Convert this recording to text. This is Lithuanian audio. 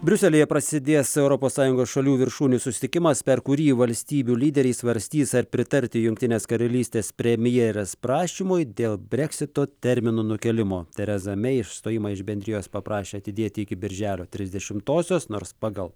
briuselyje prasidės europos sąjungos šalių viršūnių susitikimas per kurį valstybių lyderiai svarstys ar pritarti jungtinės karalystės premjerės prašymui dėl breksito termino nukėlimo terexa mei išstojimą iš bendrijos paprašė atidėti iki birželio trisdešimtosios nors pagal